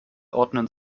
ordnen